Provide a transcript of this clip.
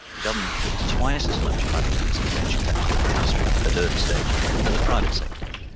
the government puts twice as much money into the venture capital industry at early-stage than the private sector.